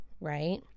right